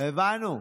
הבנו.